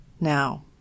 Now